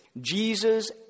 Jesus